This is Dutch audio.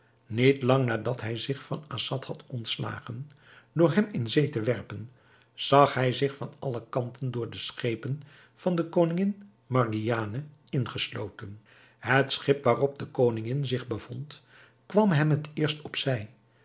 niet lang nadat hij zich van assad had ontslagen door hem in zee te werpen zag hij zich van alle kanten door de schepen van de koningin margiane ingesloten het schip waarop de koningin zich bevond kwam hem het eerst op